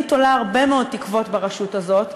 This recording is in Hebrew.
אני תולה הרבה מאוד תקוות ברשות הזאת,